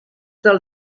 del